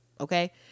okay